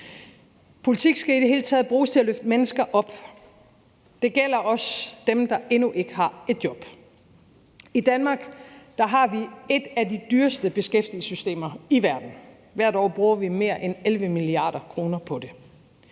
Politik skal i det hele taget bruges til at løfte mennesker op. Det gælder også dem, der endnu ikke har et job. I Danmark har vi et af de dyreste beskæftigelsessystemer i verden. Hvert år bruger vi mere end 11 mia. kr. på det.